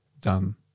done